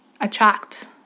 attract